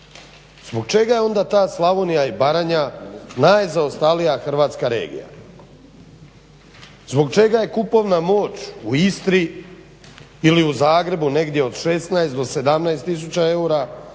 zbog čega je onda ta Slavonija i Baranja najzaostalija hrvatska regija, zbog čega je kupovna moć u Istri ili u Zagrebu negdje od 16 do 17 tisuća eura,